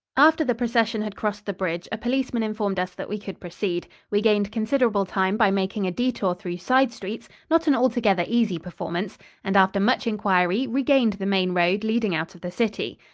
after the procession had crossed the bridge, a policeman informed us that we could proceed. we gained considerable time by making a detour through side streets not an altogether easy performance and after much inquiry regained the main road leading out of the city.